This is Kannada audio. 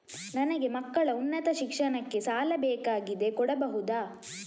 ನನಗೆ ಮಕ್ಕಳ ಉನ್ನತ ಶಿಕ್ಷಣಕ್ಕೆ ಸಾಲ ಬೇಕಾಗಿದೆ ಕೊಡಬಹುದ?